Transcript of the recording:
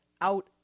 out